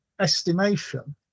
estimation